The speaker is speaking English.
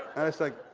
and i was like,